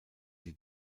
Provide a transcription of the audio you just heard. die